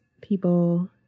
people